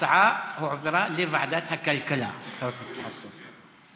ההצעה הועברה לוועדת הכלכלה, חבר הכנסת חסון.